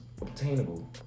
obtainable